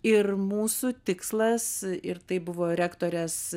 ir mūsų tikslas ir tai buvo rektorės